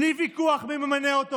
בלי ויכוח מי ממנה אותו,